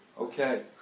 Okay